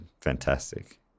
fantastic